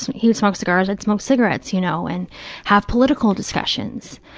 he would smoke cigars, i'd smoke cigarettes, you know, and have political discussions.